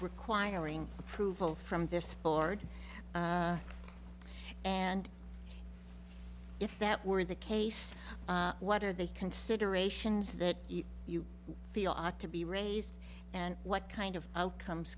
requiring approval from their sparred and if that were the case what are the considerations that you feel are to be raised and what kind of outcomes